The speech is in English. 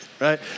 right